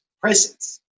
presence